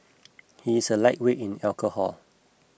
he is a lightweight in alcohol